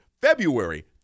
February